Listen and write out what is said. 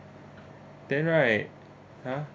then right !huh!